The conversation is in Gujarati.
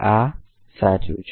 આ સાચું થાય છે